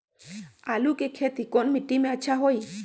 आलु के खेती कौन मिट्टी में अच्छा होइ?